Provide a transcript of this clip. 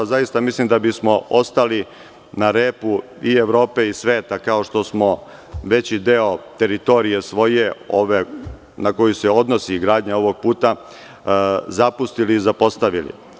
Zaista misli da bismo ostali na repu i Evrope i sveta kao što smo veći deo svoje teritorije ove koja se odnosi gradnja ovog puta zapustili i zapostavili.